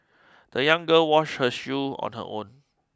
the young girl washed her shoes on her own